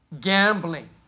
Gambling